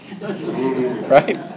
Right